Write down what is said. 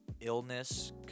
illness